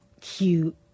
cute